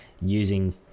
using